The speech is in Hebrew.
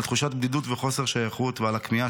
על תחושת בדידות וחוסר שייכות ועל הכמיהה